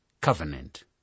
covenant